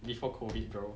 before COVID bro